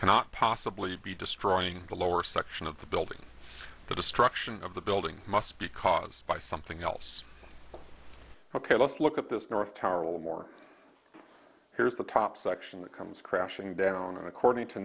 cannot possibly be destroying the lower section of the building the destruction of the building must be caused by something else ok let's look at this north tower one more here's the top section that comes crashing down and according to